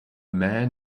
man